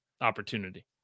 opportunity